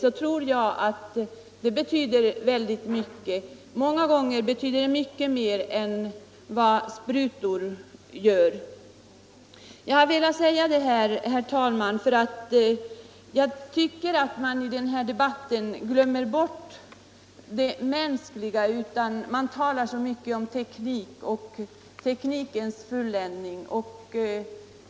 Många gånger betyder detta mer än möjligheten att få sprutor. Jag har velat säga detta, herr talman, eftersom jag tycker att man i denna debatt glömmer bort det mänskliga. Det talas så mycket om teknikens fulländning.